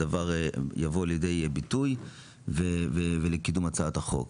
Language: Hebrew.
הדבר יבוא לידי ביטוי ולקידום הצעת החוק.